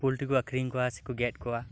poultry ᱠᱚ ᱟᱠᱷᱨᱤᱧ ᱠᱚᱣᱟ ᱥᱮ ᱠᱚ ᱜᱮᱫ ᱠᱚᱣᱟ